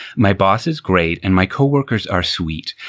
my boss is great and my co-workers are sweet.